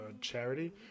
charity